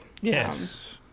Yes